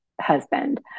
husband